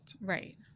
Right